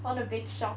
what a big shock